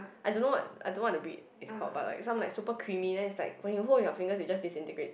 I don't know want I don't want to break is cold but like some like super creamy then is like when you hold your finger it just disintegrates